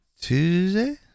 Tuesday